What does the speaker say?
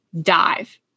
dive